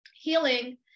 healing